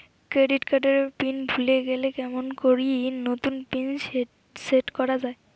Credit card এর pin ভুলে গেলে কেমন করি নতুন পিন সেট করা য়ায়?